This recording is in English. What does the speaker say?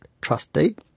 trustee